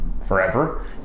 forever